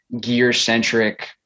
gear-centric